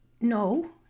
No